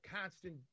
constant